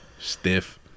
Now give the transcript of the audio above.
stiff